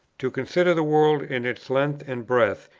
to consider the world in its length and breadth,